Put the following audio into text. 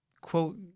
quote